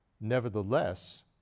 nevertheless